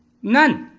none,